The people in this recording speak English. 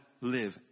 live